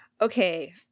okay